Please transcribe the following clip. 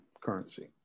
currency